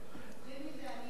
אני אדבר על זה.